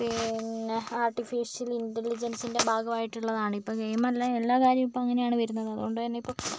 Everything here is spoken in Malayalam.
പിന്നെ ആർട്ടിഫിഷ്യൽ ഇൻറ്റലിജൻസിൻ്റെ ഭാഗമായിട്ടുള്ളതാണ് ഇപ്പോൾ ഗെയിമല്ല എല്ലാ കാര്യവും ഇപ്പോൾ അങ്ങനെയാണ് വരുന്നത് അത് കൊണ്ട് തന്നെ ഇപ്പം